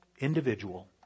individual